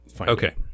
Okay